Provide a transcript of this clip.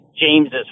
James's